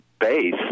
base